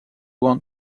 want